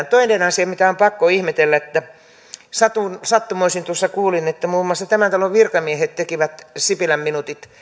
toinen asia mitä on pakko ihmetellä kun sattumoisin tuossa kuulin että muun muassa tämän talon virkamiehet tekevät sipilän minuutit